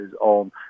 on